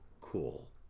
cool